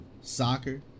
soccer